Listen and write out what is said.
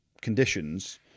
conditions